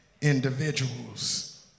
individuals